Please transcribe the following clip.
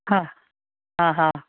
হয় অঁ হা